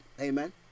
Amen